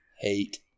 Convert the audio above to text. Hate